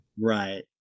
Right